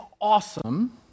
awesome